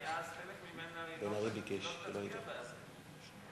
היה אז, חלק ממנה הרי לא יצביע בעד זה.